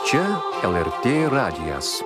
čia lrt radijas